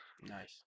Nice